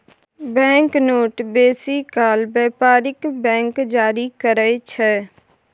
bank note बेसी काल बेपारिक बैंक जारी करय छै